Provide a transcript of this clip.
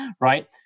right